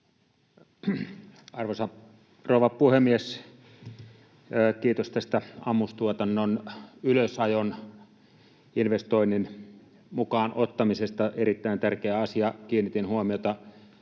Arvoisa rouva puhemies! Kiitos tästä ammustuotannon ylösajon investoinnin mukaan ottamisesta, erittäin tärkeä asia. Kiinnitin huomiota